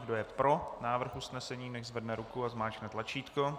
Kdo je pro návrh usnesení, nechť zvedne ruku a zmáčkne tlačítko.